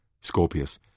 Scorpius